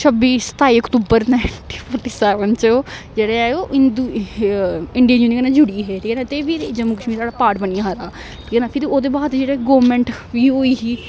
छब्बी सताई अक्तूबर नाइनटीन फोर्टी सेैवन च जेह्ड़े ऐ ओह्ंद इंडियन यूनियन कन्नै जुड़ी गेहे ठीक ऐ ते फ्ही जम्मू कश्मीरा पार्ट बनी आ हा ठीक ऐ फिर ओह्दे बाद जेह्ड़े गौरमेंट बी होई ही